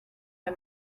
her